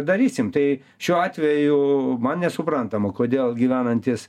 darysim tai šiuo atveju man nesuprantama kodėl gyvenantys